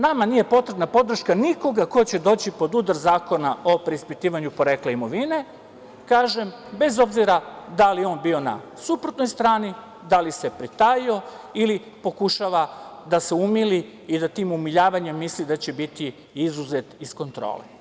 Nama nije potrebna podrška nikoga ko će doći pod udar Zakona o preispitivanju porekla imovine, kažem, bez obzira da li on bio na suprotnoj strani, da li se pritajio ili pokušava da se umili i da tim umiljavanjem misli da će biti izuzet iz kontrole.